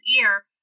ear